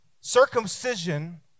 Circumcision